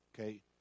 okay